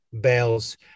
Bales